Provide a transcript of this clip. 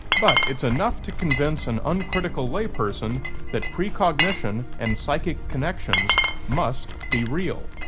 but it's enough to convince an uncritical layperson that precognition and psychic connections must be real.